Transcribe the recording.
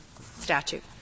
statute